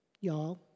y'all